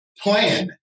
plan